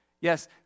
Yes